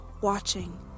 watching